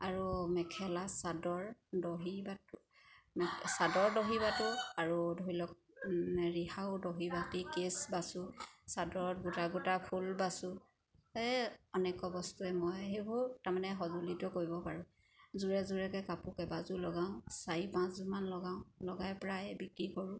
আৰু মেখেলা চাদৰ দহি বাতোঁ চাদৰ দহি বাতোঁ আৰু ধৰি লওক ৰিহাও দহি বাতি কেছ বাচোঁ চাদৰত গোটা গোটা ফুল বাচোঁ সেই অনেক বস্তুৱে মই সেইবোৰ তাৰমানে সঁজুলিটো কৰিব পাৰোঁ যোৰে যোৰেকৈ কাপোৰ কেইবাযোৰো লগাওঁ চাৰি পাঁচযোৰমান লগাওঁ লগাই প্ৰায় বিক্ৰী কৰোঁ